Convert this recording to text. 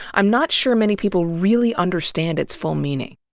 i'm not sure many people really understand its full meaning.